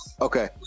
okay